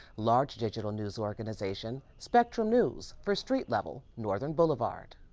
large digital news organization spectrum news for street level northern boulevard.